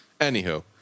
anywho